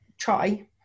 try